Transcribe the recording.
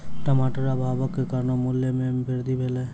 टमाटर अभावक कारणेँ मूल्य में वृद्धि भेल